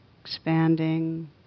expanding